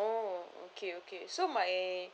oh okay okay so my